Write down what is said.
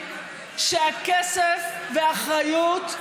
שהכסף והאחריות,